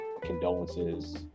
condolences